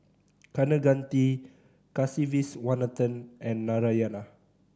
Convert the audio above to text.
Kaneganti Kasiviswanathan and Narayana